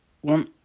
one